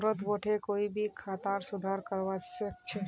घरत बोठे कोई भी खातार सुधार करवा सख छि